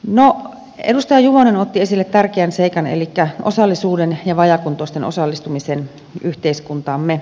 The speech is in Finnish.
no edustaja juvonen otti esille tärkeän seikan elikkä osallisuuden ja vajaakuntoisten osallistumisen yhteiskuntaamme